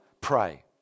pray